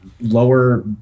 lower